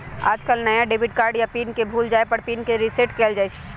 आजकल नया debit card या पिन के भूल जाये पर ही पिन के रेसेट कइल जाहई